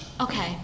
Okay